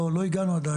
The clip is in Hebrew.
לא הגענו עדיין.